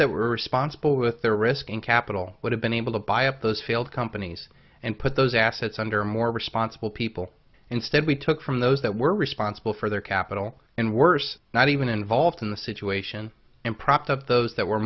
that were responsible with their risking capital would have been able to buy up those failed companies and put those assets under more responsible people instead we took from those that were responsible for their capital and worse not even involved in the situation and propped up those that were